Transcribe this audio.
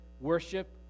worship